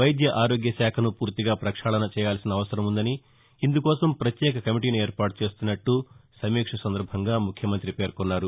వైద్య ఆరోగ్య శాఖను పూర్తిగా ప్రక్షాళన చేయాల్సిన అవసరం ఉందని ఇందుకోసం ప్రత్యేక కమిటీని ఏర్పాటు చేస్తున్నట్లు సమీక్ష సందర్బంగా ముఖ్యమంత్రి పేర్కొన్నారు